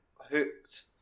hooked